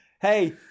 hey